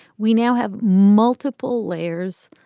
we now have multiple layers,